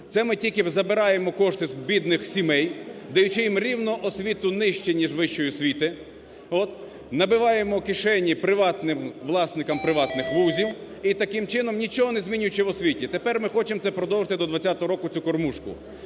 це ми тільки забираємо кошти з бідних сімей, даючи їм рівно освіту нижче ніж вища освіта, от. Набиваємо кишені власникам приватних вузів. І таким чином нічого не змінюючи в освіті. Тепер ми хочемо це продовжити до 2020 року, цю кормушку!